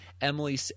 Emily